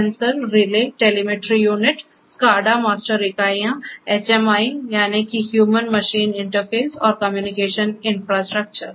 sensor relay telemetry unit SCADA master इकाइयाँ HMI यानि कि ह्यूमन मशीन इंटरफेस और कम्युनिकेशन इन्फ्रास्ट्रक्चर